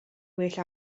well